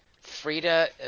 Frida